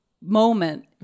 moment